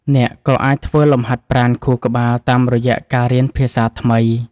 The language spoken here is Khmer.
អ្នកក៏អាចធ្វើលំហាត់ប្រាណខួរក្បាលតាមរយៈការរៀនភាសាថ្មី។